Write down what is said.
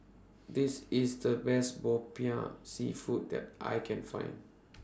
This IS The Best Popiah Seafood that I Can Find